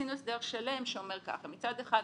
עשינו הסדר שלם שאומר ככה מצד אחד,